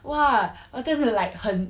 !wah! 我真的 like 很